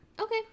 Okay